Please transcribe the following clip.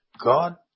God